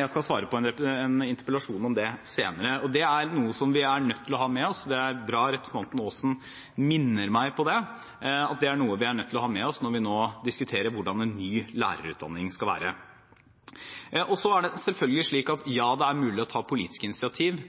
Jeg skal svare på en interpellasjon om det senere. Det er noe som vi er nødt til å ha med oss. Det er bra representanten Aasen minner meg om det. Det er noe vi er nødt til å ha med oss når vi nå diskuterer hvordan en ny lærerutdanning skal være. Så er det selvfølgelig slik at, ja, det er mulig å ta politiske initiativ,